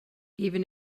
even